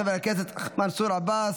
חבר הכנסת ניסים ואטורי,